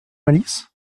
malice